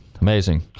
Amazing